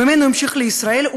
שממנו המשיך לישראל,